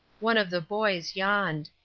one of the boys yawned.